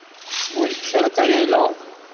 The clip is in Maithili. बुलि फिरि कऽ अयलहुँ